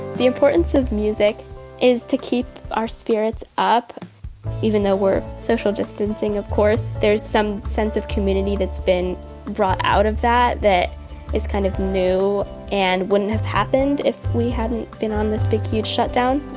the importance of music is to keep our spirits up even though we're social distancing. of course there's some sense of community that's been brought out of that that is kind of new and wouldn't have happened if we hadn't been on this big huge shut down.